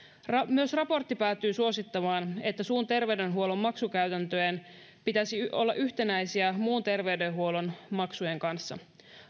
myös raportti päätyy suosittamaan että suun terveydenhuollon maksukäytäntöjen pitäisi olla yhtenäisiä muun terveydenhuollon maksujen kanssa